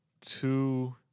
Two